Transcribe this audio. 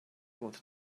wanted